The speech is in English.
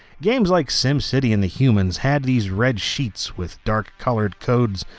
games like simcity and the humans had these red sheets with dark-colored codes,